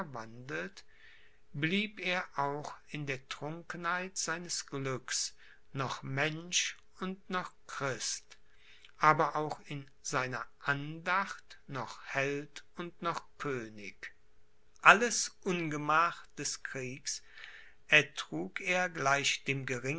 blieb er auch in der trunkenheit seines glücks noch mensch und noch christ aber auch in seiner andacht noch held und noch könig alles ungemach des kriegs ertrug er gleich dem